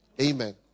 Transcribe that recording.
Amen